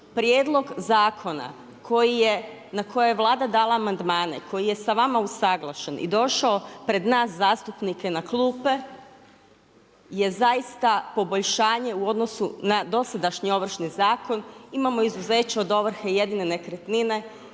prijedlog zakona na koji je Vlada dala amandmane, koji je sa vama usuglašen, i došao pred nas zastupnike na klupe, je zaista poboljšanje u odnosu na dosadašnji Ovršni zakon, imamo izuzeće od ovrhe jedne nekretnine,